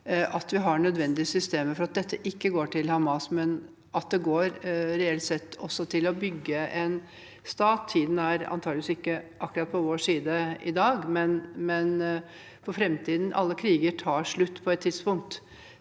at vi har nødvendige systemer for at dette ikke går til Hamas, men at det går, reelt sett, også til å bygge en stat. Tiden er antakeligvis ikke akkurat på vår side i dag, men for framtiden. Alle kriger tar slutt på et tidspunkt,